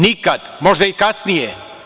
Nikad, možda i kasnije.